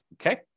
okay